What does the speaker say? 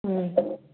ꯎꯝ